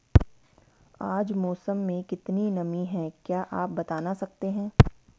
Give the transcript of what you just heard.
आज मौसम में कितनी नमी है क्या आप बताना सकते हैं?